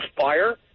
Fire